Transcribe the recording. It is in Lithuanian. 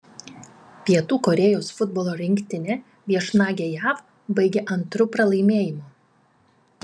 pietų korėjos futbolo rinktinė viešnagę jav baigė antru pralaimėjimu